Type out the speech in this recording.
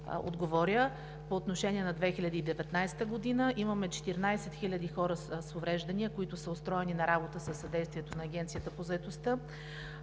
отговоря по отношение на 2019 г.: имаме 14 хиляди хора с увреждания, които са устроени на работа със съдействието на Агенцията по заетостта,